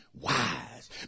wise